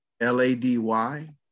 L-A-D-Y